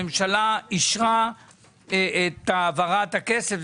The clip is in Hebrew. הממשלה אישרה את העברת הכסף,